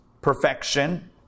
perfection